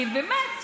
כי באמת,